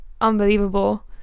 unbelievable